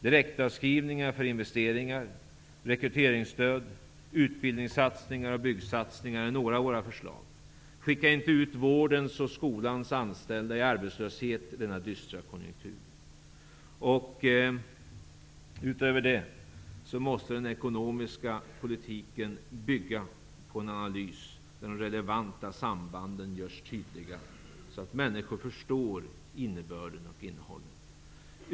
Direktavskrivningar för investeringar, rekryteringsstöd, utbildningssatsningar och byggsatsningar är några av våra förslag. Skicka inte ut vårdens och skolans anställda i arbetslöshet i denna dystra konjunktur! Utöver det måste den ekonomiska politiken bygga på en analys där de relevanta sambanden görs tydliga, så att människor förstår innebörden och innehållet.